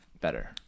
better